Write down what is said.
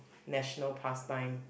national pastime